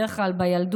בדרך כלל בילדות,